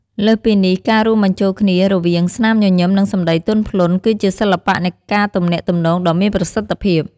លើសពីនេះការរួមបញ្ចូលគ្នារវាង ស្នាមញញឹម និងសម្ដីទន់ភ្លន់ គឺជាសិល្បៈនៃការទំនាក់ទំនងដ៏មានប្រសិទ្ធភាព។